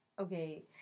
Okay